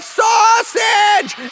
sausage